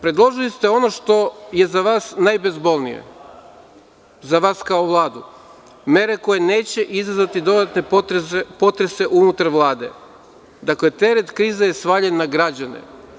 Predložili ste ono što je za vas najbezbolnije, za vas kao Vladu, mere koje neće izazvati dodatne potrese unutar Vlade, znači, teret krize je svaljen na građane.